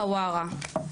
חווארה,